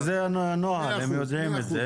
זה הנוהג, הם יודעים את זה.